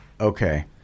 Okay